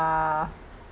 uh